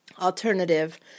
alternative